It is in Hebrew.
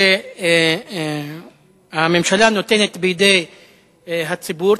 שהממשלה נותנת בידי הציבור,